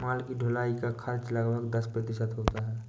माल की ढुलाई का खर्च लगभग दस प्रतिशत होता है